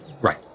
right